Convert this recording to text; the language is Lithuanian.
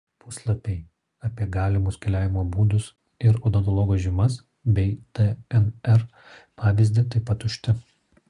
puslapiai apie galimus keliavimo būdus ir odontologo žymas bei dnr pavyzdį taip pat tušti